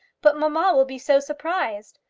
but mamma will be so surprised.